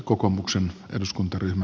arvoisa puhemies